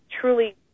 truly